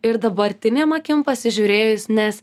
ir dabartinėm akim pasižiūrėjus nes